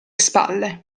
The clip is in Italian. spalle